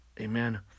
Amen